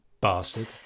Bastard